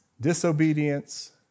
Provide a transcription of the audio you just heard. disobedience